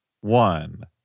one